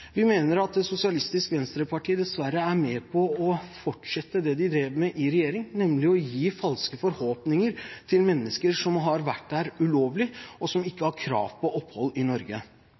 Vi mener at Sosialistisk Venstreparti dessverre fortsetter det de drev med i regjering, nemlig å gi falske forhåpninger til mennesker som har vært her ulovlig, og som ikke har krav på opphold i Norge.